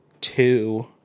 two